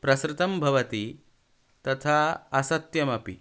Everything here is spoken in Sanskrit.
प्रसृतं भवति तथा असत्यमपि